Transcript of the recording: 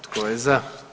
Tko je za?